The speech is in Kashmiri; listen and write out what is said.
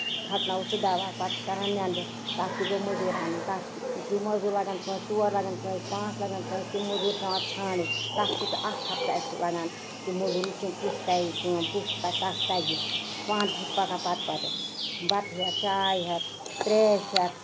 چھوٚکناوو سُہ دوہ پَتہٕ چھِ کران نیندٕ تَتھ تہِ گوٚوموزوٗر اَنُن تَتھ زٕ موزوٗر لگان کٲنسہِ پانٛژھ لگان کٲنسہِ تِم موزوٗر پیوان ژھانڈٕنۍ تَتھ سۭتۍ چھُ اکھ ہَفتہٕ اَسہِ لگان تہٕ موزوٗر وٕچھٕنۍ کُس کرِ یہِ کٲم کُس تَہ کَس تَگہِ پانہٕ تہِ چھِکھ پَکان پَتہٕ پَتَے بَتہٕ ہیتھ چاے ہیتھ تریش ہیتھ